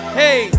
hey